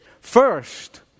First